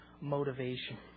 motivation